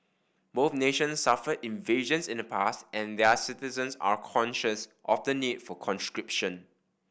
both nations suffered invasions in the past and their citizens are conscious of the need for conscription